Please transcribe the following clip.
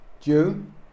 June